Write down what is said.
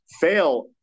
Fail